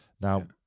Now